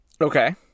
okay